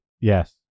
yes